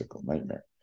nightmare